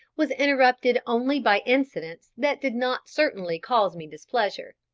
was interrupted only by incidents that did not certainly cause me displeasure.